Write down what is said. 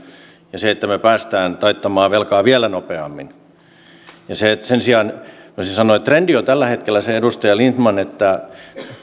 ja että me pääsemme taittamaan velkaa vielä nopeammin sen sijaan voisi sanoa että trendi on tällä hetkellä se edustaja lindtman että